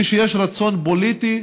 כשיש רצון פוליטי,